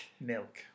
Milk